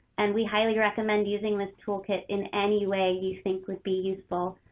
and we highly recommend using this toolkit in any way you think would be useful.